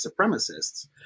supremacists